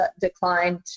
declined